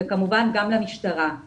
כמובן גם למשטרה יש את היכולת הזאת.